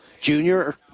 Junior